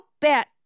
bet